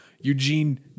eugene